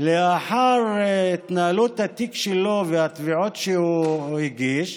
לאחר התנהלות התיק שלו והתביעות שהוא הגיש,